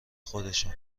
خودشان